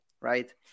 right